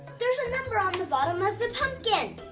there's a number on the bottom of the pumpkin.